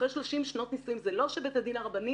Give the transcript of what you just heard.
אחרי 30 שנות נישואים זה לא שבית הדין הרבני